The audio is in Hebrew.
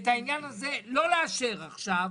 את העניין הזה לא לאשר עכשיו,